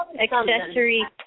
accessory